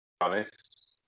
Honest